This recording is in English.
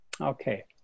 okay